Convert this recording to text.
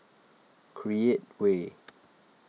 Create Way